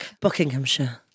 Buckinghamshire